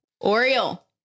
oriole